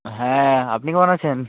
হ্যাঁ আপনি কেমন আছেন